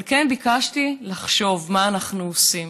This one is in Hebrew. אבל כן ביקשתי לחשוב מה אנחנו עושים